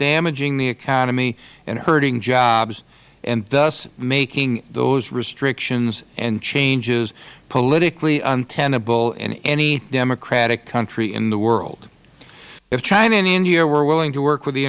damaging the economy and hurting jobs and thus making those restrictions and changes politically untenable in any democratic country in the world if china and india were willing to work with the